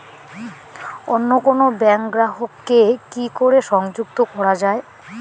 অন্য কোনো ব্যাংক গ্রাহক কে কি করে সংযুক্ত করা য়ায়?